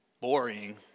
Boring